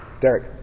Derek